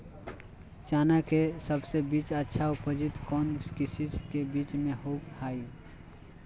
चना के सबसे अच्छा उपज कौन किस्म के बीच में होबो हय?